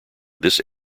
this